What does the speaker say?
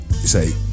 say